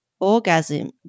orgasm